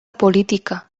política